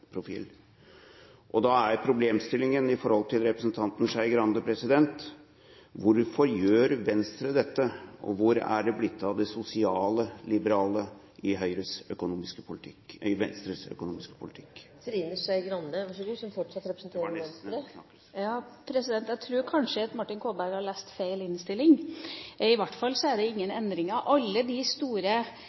skatteprofil. Da er problemstillingen til representanten Skei Grande: Hvorfor gjør Venstre dette? Hvor er det blitt av det sosialliberale i Venstres økonomiske politikk? Jeg tror kanskje at Martin Kolberg har lest feil innstilling. I hvert fall er det ingen endringer. Alle de store